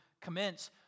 commence